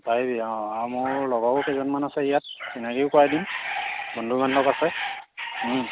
পাৰিবি অঁ অঁ মোৰ লগৰো কেইজনমান আছে ইয়াত চিনাকিও কৰাই দিম বন্ধু বান্ধৱ আছে